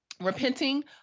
repenting